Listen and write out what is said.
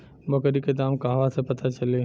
बकरी के दाम कहवा से पता चली?